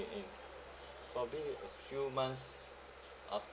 in in probably a few months